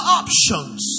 options